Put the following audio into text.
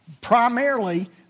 Primarily